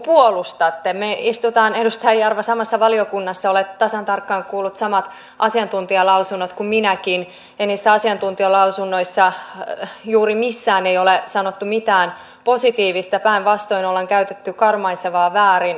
me istumme edustaja jarva samassa valiokunnassa olet tasan tarkkaan kuullut samat asiantuntijalausunnot kuin minäkin ja niistä asiantuntijalausunnoista juuri missään ei ole sanottu mitään positiivista päinvastoin ollaan käytetty sanoja karmaisevaa väärin surullista